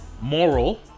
moral